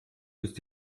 ist